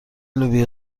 لوبیا